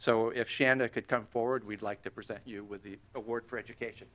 so if shana could come forward we'd like to present you with the award for education